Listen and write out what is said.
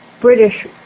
British